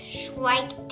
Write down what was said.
strike